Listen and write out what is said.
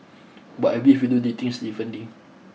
but I believe we do things differently